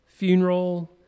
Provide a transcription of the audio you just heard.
funeral